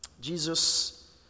Jesus